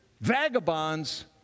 vagabonds